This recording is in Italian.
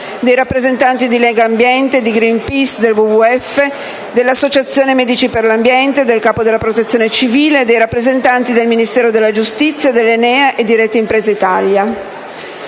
dai rappresentanti di Legambiente, di Greenpeace, del WWF, dell'Associazione medici per l'ambiente, del Capo della Protezione civile, dei rappresentanti del Ministero della giustizia, dell'ENEA e di Rete Imprese Italia.